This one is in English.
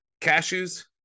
cashews